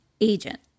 Agent